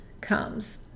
comes